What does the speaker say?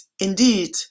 indeed